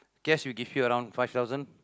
cash we give you around five thousand